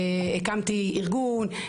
הקמתי ארגון,